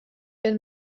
wenn